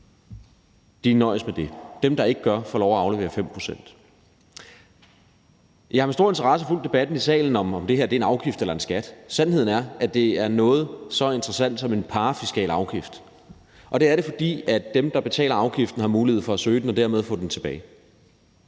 nøjes med det. Dem, der ikke gør, får lov at aflevere 5 pct. Jeg har med stor interesse fulgt debatten i salen om, om det her er en afgift eller en skat. Sandheden er, at det er noget så interessant som en parafiskal afgift, og det er det, fordi dem, der betaler afgiften, har mulighed for at søge den og dermed få den tilbage.